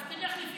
אז תלך לפיה.